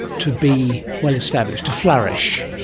to be well established, to flourish.